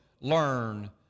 learn